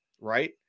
Right